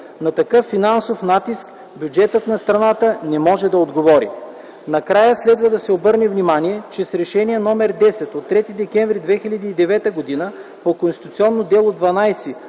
На такъв финансов натиск бюджетът на страната не може да отговори. Накрая следва да се обърне внимание, че с Решение № 10 от 3 декември 2009 г. по Конституционно дело №